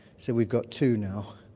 so we've got two now.